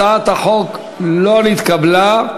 הצעת החוק לא נתקבלה.